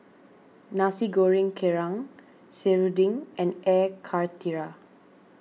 Nasi Goreng Kerang Serunding and Air Karthira